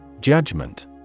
Judgment